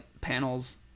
panels